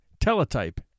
teletype